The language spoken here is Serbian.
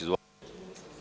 Izvolite.